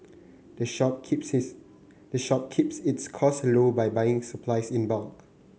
the shop the shop keeps its costs low by buying its supplies in bulk